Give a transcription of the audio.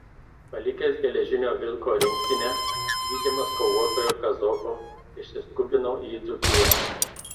palikęs geležinio vilko rinktinę lydimas kovotojo kazoko išsiskubinau į dzūkiją